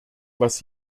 was